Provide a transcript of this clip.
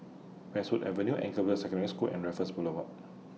Westwood Avenue Anchorvale Secondary School and Raffles Boulevard